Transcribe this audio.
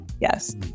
Yes